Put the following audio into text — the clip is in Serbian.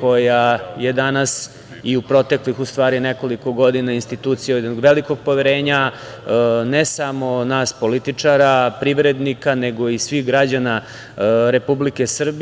koja je danas i u proteklih u stvari nekoliko godina institucija jednog velikog poverenja, ne samo nas političara, privrednika, nego i svih građana Republike Srbije.